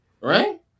Right